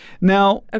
Now